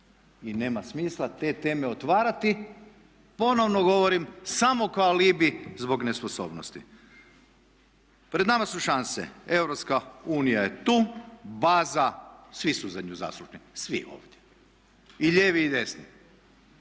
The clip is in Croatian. i nema smisla te teme otvarati ponovno govorim samo kao alibi zbog nesposobnosti. Pred nama su šanse, Europska unija je tu, baza, svi su za nju zaslužni, svi ovdje i lijevi i desni.